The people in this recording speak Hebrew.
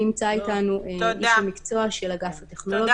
נמצא איתנו איש המקצוע של אגף הטכנולוגיות,